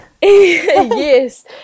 Yes